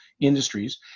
industries